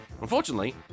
Unfortunately